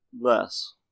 Less